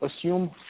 assume